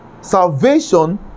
salvation